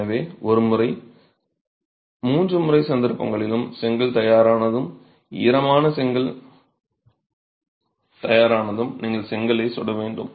எனவே ஒருமுறை மூன்று சந்தர்ப்பங்களிலும் செங்கல் தயாரானதும் ஈரமான செங்கல் தயாரானதும் நீங்கள் செங்கல்லை சுட வேண்டும்